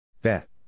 Bet